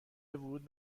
ورود